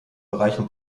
bereichen